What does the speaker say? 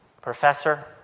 professor